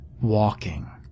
walking